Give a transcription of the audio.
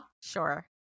Sure